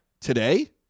Today